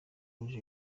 rouge